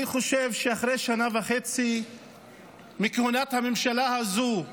אני חושב שאחרי שנה וחצי לכהונת הממשלה הזו,